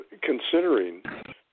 considering